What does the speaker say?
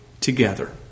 together